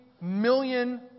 million